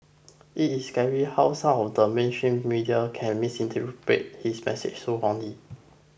it is scary how some of the mainstream media can misinterpret his message so wrongly